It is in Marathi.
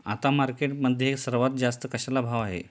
आता मार्केटमध्ये सर्वात जास्त कशाला भाव आहे?